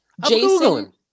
Jason